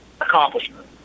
accomplishment